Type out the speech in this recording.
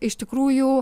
iš tikrųjų